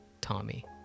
Tommy